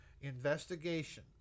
investigation